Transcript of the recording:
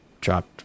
dropped